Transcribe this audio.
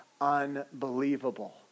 unbelievable